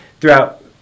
throughout